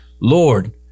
Lord